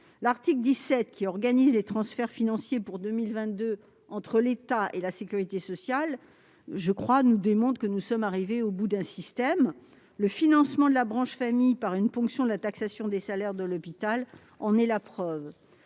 L'article 17, qui organise les transferts financiers pour 2022 entre l'État et la sécurité sociale, démontre, me semble-t-il, que nous sommes arrivés au bout d'un système ; le financement de la branche famille par une ponction sur la taxe sur les salaires de l'hôpital en est la preuve.